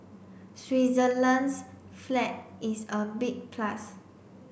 Switzerland's flag is a big plus